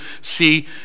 see